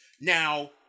Now